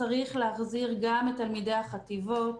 צריך להחזיר גם את תלמידי החטיבות